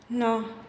न'